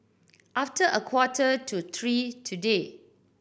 after a quarter to three today